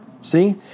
See